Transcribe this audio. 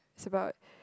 is about